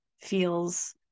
feels